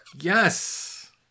Yes